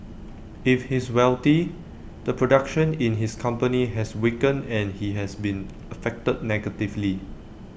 if he's wealthy the production in his company has weakened and he has been affected negatively